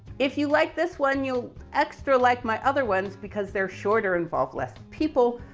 if you like this one, you'll extra like my other ones, because they're shorter, involve less people.